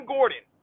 Gordon